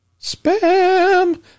Spam